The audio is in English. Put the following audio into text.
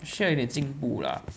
需要有一点进步 lah